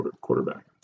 quarterback